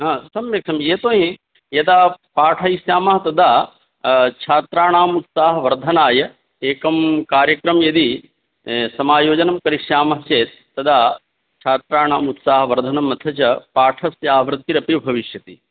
ह सम्यक् सम्यक् यतोहि यदा पाठयिष्यामः तदा छात्राणामुत्साहवर्धनाय एकं कार्यक्रमं यदि समायोजनं करिष्यामश्चेत् तदा छात्राणामुत्साहवर्धनम् अथ च पाठस्यावृत्तिरपि भविष्यति